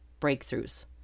breakthroughs